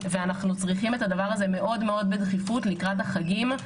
וצריכים את הדבר הזה מאוד בדחיפות לקראת החגים,